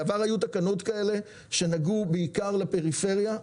בעבר היו תקנות כאלה שנגעו בעיקר לפריפריה,